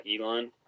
Elon